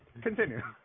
Continue